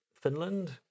Finland